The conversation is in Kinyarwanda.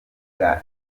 bwa